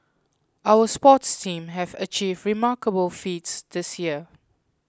our sports teams have achieved remarkable feats this year